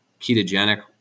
ketogenic